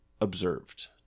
observed